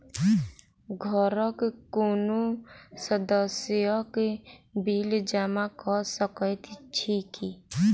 घरक कोनो सदस्यक बिल जमा कऽ सकैत छी की?